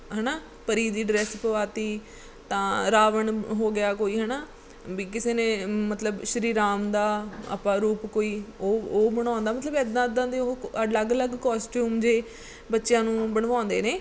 ਹੈ ਨਾ ਪਰੀ ਦੀ ਡਰੈਸ ਪਵਾਤੀ ਤਾਂ ਰਾਵਣ ਹੋ ਗਿਆ ਕੋਈ ਹੈ ਨਾ ਵੀ ਕਿਸੇ ਨੇ ਮਤਲਬ ਸ਼੍ਰੀ ਰਾਮ ਦਾ ਆਪਾਂ ਰੂਪ ਕੋਈ ਉਹ ਉਹ ਬਣਾਉਂਦਾ ਮਤਲਬ ਇੱਦਾਂ ਇੱਦਾਂ ਦੇ ਉਹ ਅਲੱਗ ਅਲੱਗ ਕੋਸਟਿਊਮ ਜਿਹੇ ਬੱਚਿਆਂ ਨੂੰ ਬਣਵਾਉਂਦੇ ਨੇ